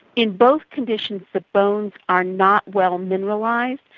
in both conditions the bones are not well mineralised,